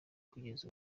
kugeza